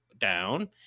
down